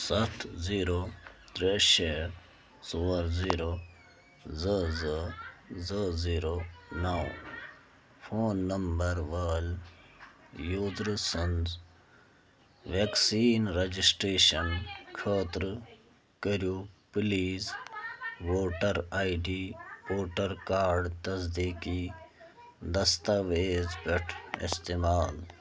سَتھ زیٖرو ترٛےٚ شےٚ ژور زیٖرو زٕ زٕ زٕ زیٖرو نَو فون نَمبَر وٲل یوٗزَر سٕنٛز وٮ۪کسیٖن رَجٕسٹرٛیشَن خٲطرٕ کٔرِو پٕلیٖز ووٹر آی ڈی پوٹَر کارڈ تصدیٖقی دستاویز پٮ۪ٹھ استعمال